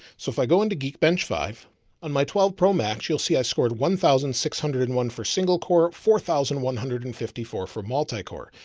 so if i go into geek bench five on my twelve pro max, you'll see, i scored one thousand six hundred and one for single core, four thousand one hundred and fifty four for multi-core.